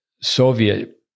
Soviet